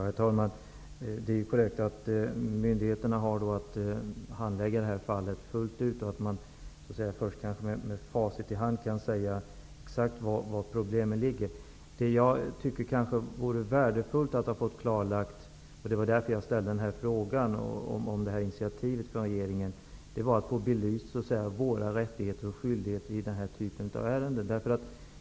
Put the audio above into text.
Herr talman! Det är korrekt att myndigheterna har att handlägga det här fallet fullt ut och att man först med facit i hand kan säga exakt var problemen ligger. Anledningen till att jag ställde den här frågan om ett initiativ från regeringen är att jag tycker att det vore värdefullt att få klarlagt vad som är våra rättigheter och skyldigheter i den här typen av ärenden.